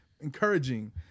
encouraging